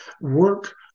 work